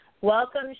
Welcome